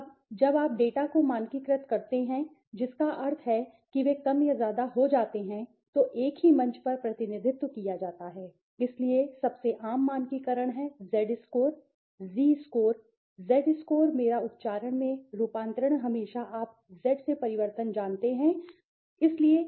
अब जब आप डेटा को मानकीकृत करते हैं जिसका अर्थ है कि वे कम या ज्यादा हो जाते हैं तो एक ही मंच पर प्रतिनिधित्व किया जाता है इसलिए सबसे आम मानकीकरण है Z score Zee score Z score मेरा उच्चारण में रूपांतरण हमेशा आप Z से परिवर्तन जानते हैं और Zee कृपया भ्रमित न करें